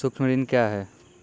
सुक्ष्म ऋण क्या हैं?